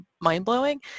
mind-blowing